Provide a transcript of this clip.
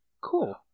Cool